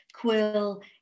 quill